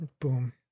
Boom